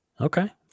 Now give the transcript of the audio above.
Okay